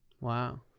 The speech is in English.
Wow